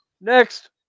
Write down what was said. Next